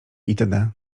itd